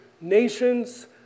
nations